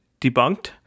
debunked